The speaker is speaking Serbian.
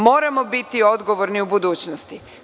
Moramo biti odgovorni u budućnosti.